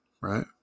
right